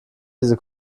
diese